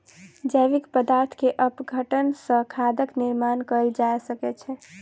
जैविक पदार्थ के अपघटन सॅ खादक निर्माण कयल जा सकै छै